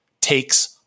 takes